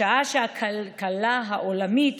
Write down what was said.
בשעה שהכלכלה העולמית